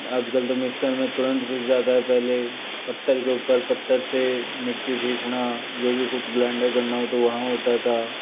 आज कल तो मिक्सर मे तुरंत पिस जाता है पहले पत्थर के उपर पत्थर से मिर्ची पीसना जो भी कुछ ग्राइंडर करना होता तो वहाँ होता था